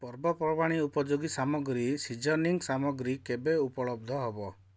ପର୍ବପର୍ବାଣି ଉପଯୋଗୀ ସାମଗ୍ରୀ ସିଜନିଂ ସାମଗ୍ରୀ କେବେ ଉପଲବ୍ଧ ହେବ